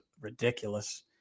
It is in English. ridiculous